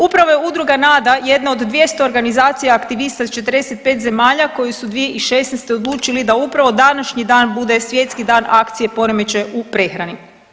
Upravo je udruga „Nada“ jedna od 200 organizacija aktivista iz 45 zemalja koji su 2016. odlučili da upravo današnji dan bude Svjetski dan akcije poremećaja u prehrani.